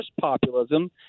populism